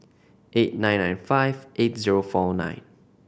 eight nine nine five eight zero four nine